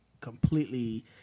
completely